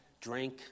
drink